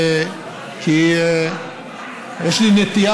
כי יש לי נטייה,